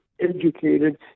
educated